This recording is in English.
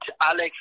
Alex